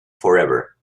forever